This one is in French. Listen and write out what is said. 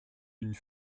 une